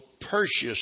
purchased